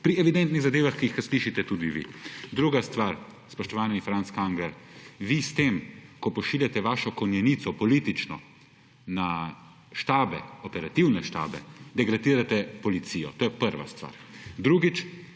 pri evidentni zadevah, ki jih slišite tudi vi. Druga star, spoštovani Franc Kangler. Vi s tem, ko pošiljate vašo konjenico, politično na štabe, operativne štabe, degradirate policijo. To je prva stvar. Drugič.